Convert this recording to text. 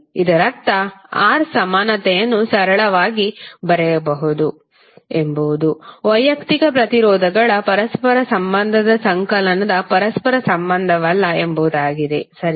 ಇದರರ್ಥ R ಸಮಾನತೆಯನ್ನು ಸರಳವಾಗಿ ಬರೆಯಬಹುದು ಎಂಬುದು ವೈಯಕ್ತಿಕ ಪ್ರತಿರೋಧಗಳ ಪರಸ್ಪರ ಸಂಬಂಧದ ಸಂಕಲನದ ಪರಸ್ಪರ ಸಂಬಂಧವಲ್ಲ ಎಂಬುದಾಗಿದೆ ಸರಿನಾ